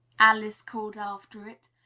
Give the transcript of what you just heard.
alice called after it.